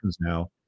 now